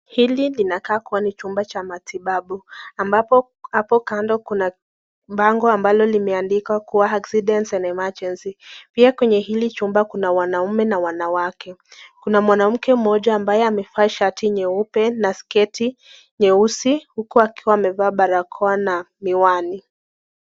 Hili linakaa kuwa ni chumba cha matibabu. Ambapo hapo kando kuna bango ambalo limeandikwa kuwa [accident and emergency] pia kwenye hili chumba kuna wanaume na wanawake. Kuna mwanamke mmoja ambae amevaa shati nyeupe na sketi nyeusi huku akiwa amevaa barakoa na miwani.